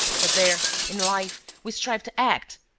but there, in life, we strive to act.